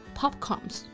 popcorns